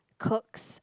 cooks